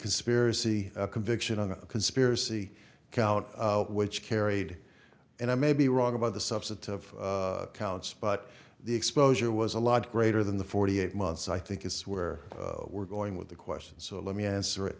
conspiracy a conviction on a conspiracy count which carried and i may be wrong about the subset of counts but the exposure was a lot greater than the forty eight months i think is where we're going with the question so let me answer it